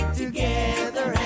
together